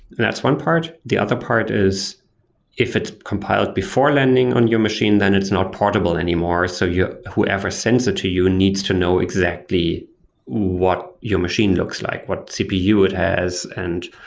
that's one part. the other part is if it's compiled before landing on your machine, then it's not portable anymore. so, whoever sends it to you needs to know exactly what your machine looks like, what cpu it has and,